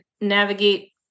navigate